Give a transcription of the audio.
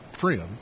friends